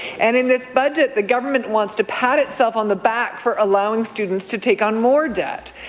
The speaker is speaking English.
and in this budget the government wants to pat itself on the back for allowing students to take on more debt.